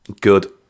good